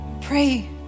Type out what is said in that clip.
pray